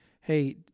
hey